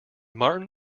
martin